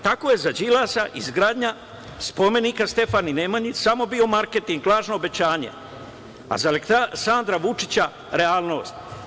Tako je za Đilasa izgradnja spomenika Stefanu Nemanji samo bio marketing, lažno obećanje, a za Aleksandra Vučića realnost.